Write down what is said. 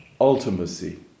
ultimacy